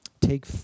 take